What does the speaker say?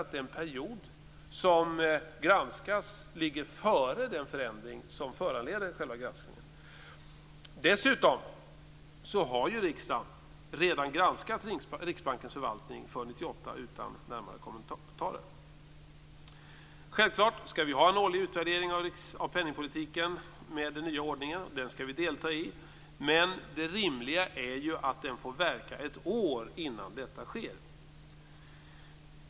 Den period som granskas ligger ju före den förändring som föranleder själva granskningen. Dessutom har riksdagen redan granskat Riksbankens förvaltning för 1998 utan närmare kommentarer. Självfallet skall vi ha en årlig utvärdering av penningpolitiken med den nya ordningen, och den skall vi delta i. Men det rimliga är ju att denna nyordning får verka ett år innan detta sker.